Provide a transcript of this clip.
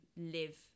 live